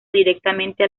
directamente